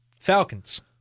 Falcons